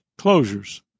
closures